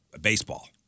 baseball